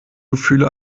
gefühle